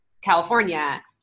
California